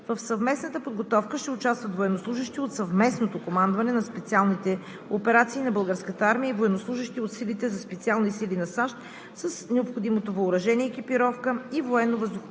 В съвместната подготовка ще участват военнослужещи от съвместното командване на специалните операции на Българската армия и военнослужещи от силите за специални сили на САЩ с необходимото въоръжение и екипировка и военновъздухоплавателни